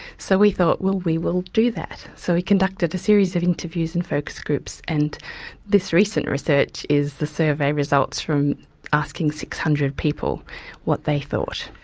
so we thought, well we will do that. so we conducted a series of interviews and focus groups and this recent research is the survey results from asking six hundred people what they thought.